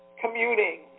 Commuting